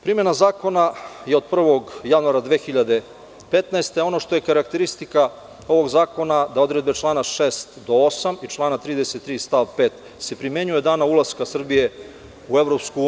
Primena zakona je od 1. januara 2015. godine, a ono što je karakteristika ovog zakona da odredbe člana 6. do 8. i član 33. stav 5. se primenjuju od dana ulaska Srbije u EU.